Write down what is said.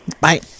Bye